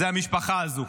זו המשפחה הזו.